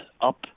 up